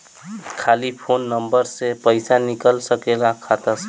खाली phone number से पईसा निकल सकेला खाता से?